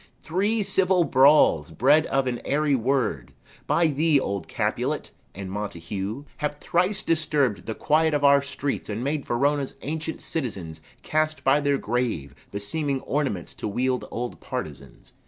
three civil brawls, bred of an airy word by thee, old capulet, and montague, have thrice disturb'd the quiet of our streets and made verona's ancient citizens cast by their grave beseeming ornaments to wield old partisans,